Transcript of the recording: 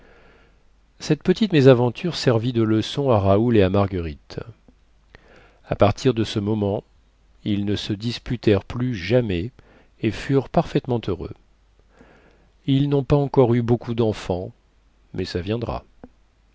cette petite mésaventure servit de leçon à raoul et à marguerite à partir de ce moment ils ne se disputèrent plus jamais et furent parfaitement heureux ils nont pas encore beaucoup denfants mais ça viendra